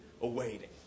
awaiting